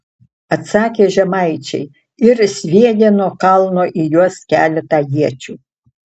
atsakė žemaičiai ir sviedė nuo kalno į juos keletą iečių